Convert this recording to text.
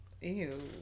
ew